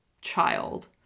child